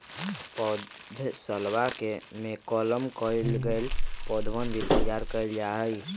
पौधशलवा में कलम कइल गैल पौधवन भी तैयार कइल जाहई